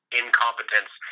incompetence